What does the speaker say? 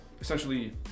essentially